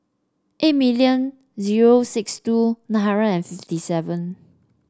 eight million zero six two nine hundred fifty seven